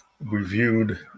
reviewed